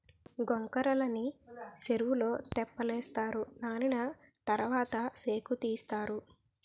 గొంకర్రలని సెరువులో తెప్పలేస్తారు నానిన తరవాత సేకుతీస్తారు